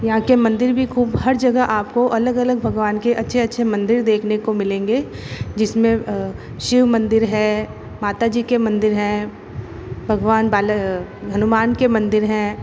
यहाँ के मंदिर भी ख़ूब हर जगह आप को अलग अलग भगवानों के अच्छे अच्छे मंदिर देखने को मिलेंगे जिस में शिव मंदिर है माता जी के मंदिर हैं भगवान बाला हनुमान के मंदिर हैं